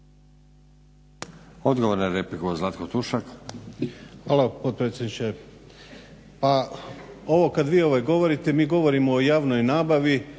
Odgovor na repliku, Zlatko Tušak.